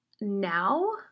now